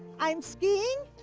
i'm skiing?